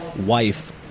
wife